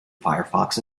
firefox